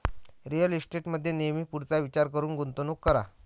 real इस्टेटमध्ये नेहमी पुढचा विचार करून गुंतवणूक करा